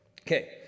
Okay